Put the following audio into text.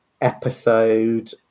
episode